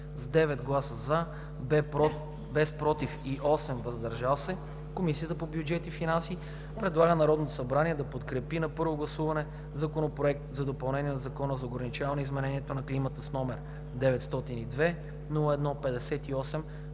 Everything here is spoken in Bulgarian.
9 гласа „за“, без „против“ и 8 гласа „въздържал се“. Комисията по бюджет и финанси предлага на Народното събрание да подкрепи на първо гласуване Законопроект за допълнение на Закона за ограничаване изменението на климата, № 902-01-58,